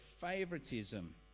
favoritism